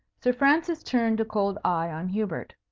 sir francis turned a cold eye on hubert.